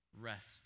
rest